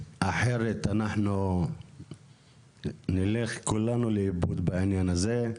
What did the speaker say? אחרת אנחנו נלך כולנו לאיבוד בעניין הזה.